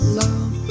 love